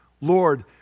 Lord